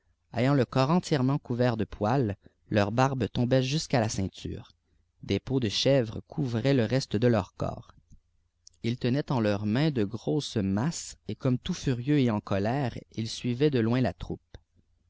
ayant le corps entièrement couvert de poils leur barbe tombait jusqu'à la ceinture des peaux de chèvres couvraient le rete de leur corps ils tenaient en leurs mains de grosses masses et comme tout furieux et en colère ils suivaient de loin la troupe